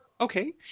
Okay